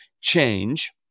change